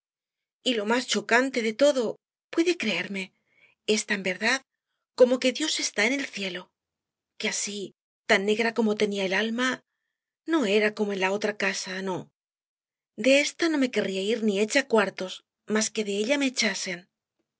y lo más chocante de todo puede creerme es tan verdad como que dios está en el cielo que así tan negra como tenía el alma no era como en la otra casa no de ésta no me querría ir ni hecha cuartos más que de ella me echasen